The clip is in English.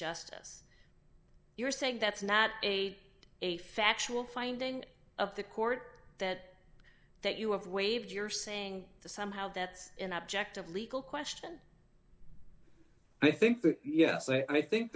justice you're saying that's not a a factual finding of the court that that you have waived you're saying to somehow that's an objective legal question i think that yes i think